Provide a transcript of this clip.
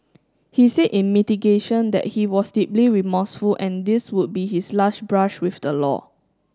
he said in mitigation that he was deeply remorseful and this would be his last brush with the law